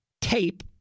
tape